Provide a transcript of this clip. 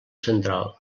central